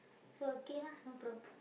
so okay lah no prob~